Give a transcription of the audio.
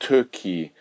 Turkey